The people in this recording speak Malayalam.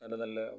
നല്ല നല്ല